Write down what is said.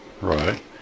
Right